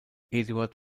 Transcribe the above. eduard